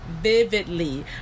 vividly